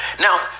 Now